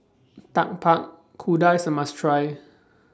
Tapak Kuda IS A must Try